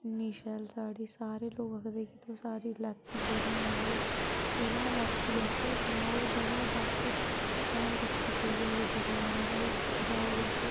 इन्नी शैल साड़ी सारे लोक आखदे कि तो साड़ी लैती कुत्थां भई कुत्थां लैती असेंई सनाओ ओह् जगह् दस्स में दस्सी भैया एह् दकान ऐ भई जाओ तुस